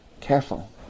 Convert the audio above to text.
careful